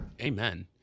Amen